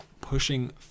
pushing